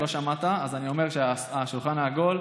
לא שמעת, אז אני אומר שהשולחן העגול,